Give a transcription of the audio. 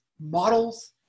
models